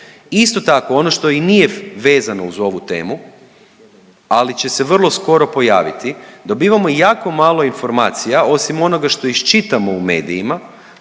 Isto tako ono što i nije vezano uz ovu temu, ali će se vrlo skoro pojaviti, dobivamo jako malo informacija osim onoga što iščitamo u medijima